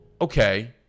okay